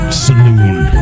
saloon